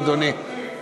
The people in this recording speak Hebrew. אדוני.